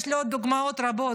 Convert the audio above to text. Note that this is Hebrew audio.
יש לי עוד דוגמאות רבות,